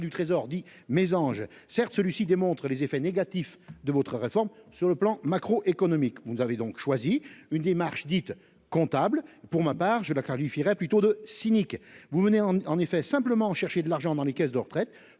du Trésor dit mésange certes celui-ci démontre les effets négatifs de votre réforme sur le plan macro-économique. Vous avez donc choisi une démarche dite comptable pour ma part je la qualifierais plutôt de cynique. Vous venez en effet simplement chercher de l'argent dans les caisses de retraite